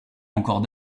encore